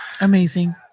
Amazing